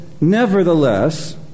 Nevertheless